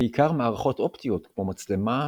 בעיקר מערכות אופטיות כמו מצלמה,